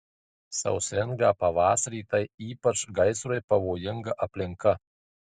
sausringą pavasarį tai ypač gaisrui pavojinga aplinka